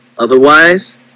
Otherwise